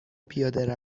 پیاده